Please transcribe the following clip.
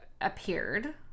appeared